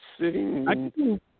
sitting